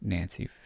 Nancy